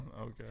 Okay